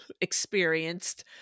experienced